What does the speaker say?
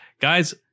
guys